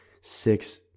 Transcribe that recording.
six